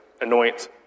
anoint